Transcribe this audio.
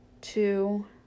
two